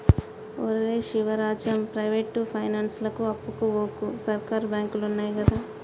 ఒరే శివరాజం, ప్రైవేటు పైనాన్సులకు అప్పుకు వోకు, సర్కారు బాంకులున్నయ్ గదా